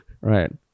right